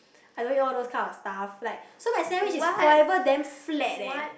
I don't eat all those kinda stuff like so my sandwich is forever damn flat eh